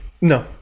No